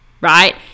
right